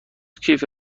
کیف